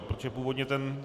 Protože původně ten...